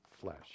flesh